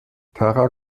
tara